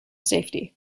safety